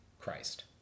Christ